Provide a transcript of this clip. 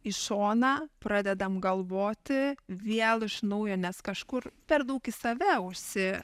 į šoną pradedam galvoti vėl iš naujo nes kažkur per daug į save užsi